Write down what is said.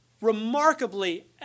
Remarkably